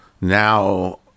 now